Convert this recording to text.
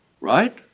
right